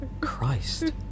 Christ